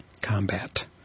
combat